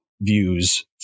views